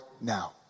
now